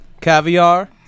caviar